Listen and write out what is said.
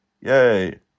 Yay